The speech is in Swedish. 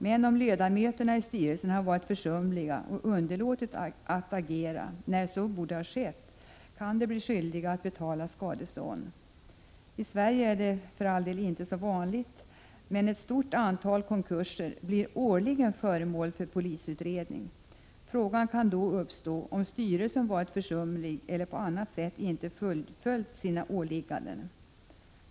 Men om ledamöterna i styrelsen har varit försumliga och underlåtit att agera — när så borde ha skett — kan de bli skyldiga att betala skadestånd. I Sverige är det inte så vanligt, men ett stort antal konkurser blir årligen föremål för polisutredning. Frågan kan då uppstå om styrelsen varit försumlig eller på annat sätt inte fullföljt sina åligganden.